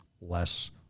less